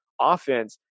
offense